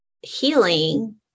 healing